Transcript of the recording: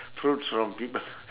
fruits from people